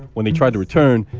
when they tried to return,